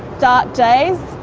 dark days,